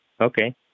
Okay